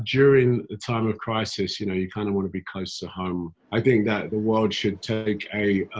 during a time of crisis, you know, you kind of want to be close to home. i think that the world should take a